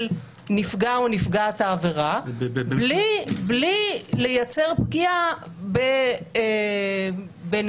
נפגע או נפגעת העבירה בלי לייצר פגיעה בנאשמים.